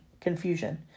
confusion